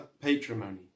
patrimony